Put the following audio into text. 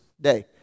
day